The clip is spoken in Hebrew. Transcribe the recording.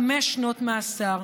חמש שנות מאסר.